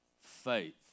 faith